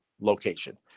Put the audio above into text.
location